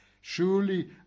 surely